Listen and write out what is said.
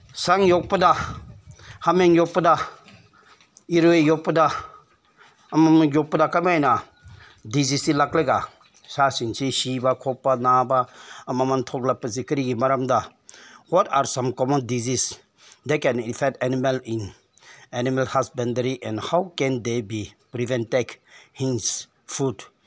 ꯁꯟ ꯌꯣꯛꯄꯗ ꯍꯥꯃꯦꯡ ꯌꯣꯛꯄꯗ ꯏꯔꯣꯏ ꯌꯣꯛꯄꯗ ꯑꯃ ꯑꯃ ꯌꯣꯛꯄꯗ ꯀꯃꯥꯏꯅ ꯗꯤꯖꯤꯖꯁꯦ ꯂꯥꯛꯂꯒ ꯁꯥꯁꯤꯡꯁꯤ ꯁꯤꯕ ꯈꯣꯠꯄ ꯅꯥꯕ ꯑꯃ ꯑꯃ ꯊꯣꯛꯂꯛꯄꯁꯤ ꯀꯔꯤꯒꯤ ꯃꯔꯝꯗ what are some common disease that can infect animal in animal husbandry and how can they be prevented hence food